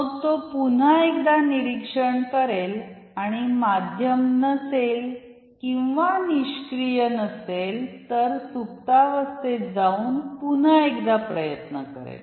मग तो पुन्हा एकदा निरीक्षण करेल आणि माध्यम नसेल किंवा निष्क्रिय नसेल तर सुप्तावस्थेत जाऊन पुन्हा एकदा प्रयत्न करेल